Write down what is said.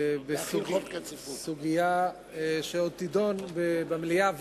בסוגיה שעוד תידון במליאה ובוועדה,